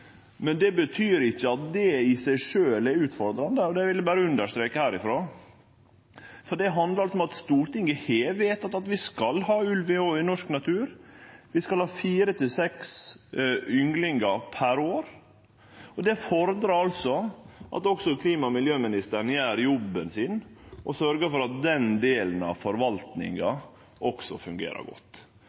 Men det betyr ikkje at det i seg sjølv er utfordrande, og det vil eg understreke herifrå. Det handlar om at Stortinget har vedteke at vi skal ha ulv i norsk natur; vi skal ha 4–6 ynglingar per år. Det fordrar at klima- og miljøministeren gjer jobben sin og sørgjer for at den delen av forvaltninga også fungerer godt.